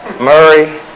Murray